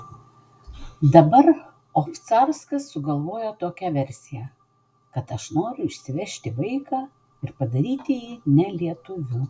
dabar obcarskas sugalvojo tokią versiją kad aš noriu išsivežti vaiką padaryti jį ne lietuviu